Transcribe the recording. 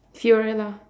she your rare lah